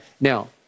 Now